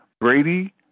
Brady